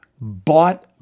bought